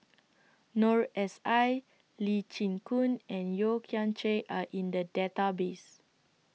Noor S I Lee Chin Koon and Yeo Kian Chye Are in The Database